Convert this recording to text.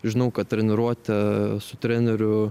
žinau kad treniruotė su treneriu